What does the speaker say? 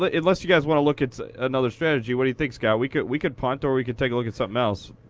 unless you guys want to look at another strategy, what do you think, scott? we could we could punt, or we could take a look at something else.